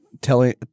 Telling